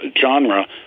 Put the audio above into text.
genre